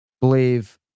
believe